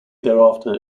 thereafter